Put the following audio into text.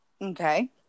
Okay